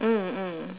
mm mm